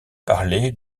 parler